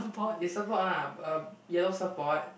is surfboard lah a yellow surfboard